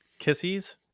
kissies